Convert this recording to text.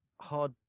hard